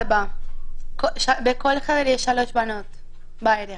ארבעה, בכל חדר יש שלוש בנות בערך.